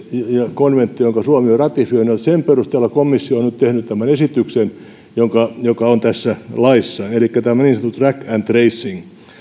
konventio jonka suomi on ratifioinut ja sen perusteella komissio on nyt tehnyt tämän esityksen joka joka on tässä laissa elikkä tämä niin sanottu track and